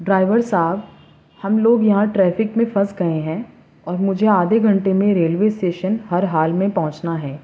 driver صاحب ہم لوگ یہاں ٹریفک میں پھنس گئے ہیں اور مجھے آدھے گھنٹے میں ریلوے اسٹیشن ہر حال میں پہنچنا ہے